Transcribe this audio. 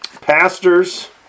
pastors